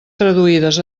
traduïdes